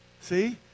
see